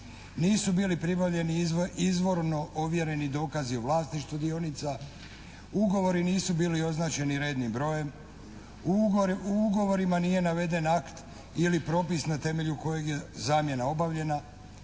Nisu bili pribavljeni izvorno ovjereni dokazi o vlasništvu dionica. Ugovori nisu bili označeni rednim brojem. U ugovorima nije naveden akt ili propis na temelju kojeg je zamjena obavljena.